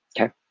Okay